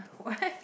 what